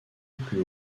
plus